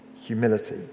humility